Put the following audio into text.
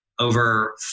over